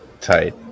Tight